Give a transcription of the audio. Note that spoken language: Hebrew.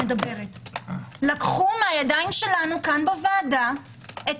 לקחו מהידיים שלנו כאן בוועדה את